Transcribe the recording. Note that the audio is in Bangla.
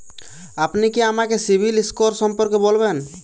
আপনি কি আমাকে সিবিল স্কোর সম্পর্কে বলবেন?